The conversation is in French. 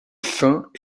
fins